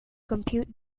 compute